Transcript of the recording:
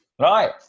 Right